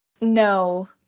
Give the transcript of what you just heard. No